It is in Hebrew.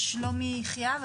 לשלומי יחיאב,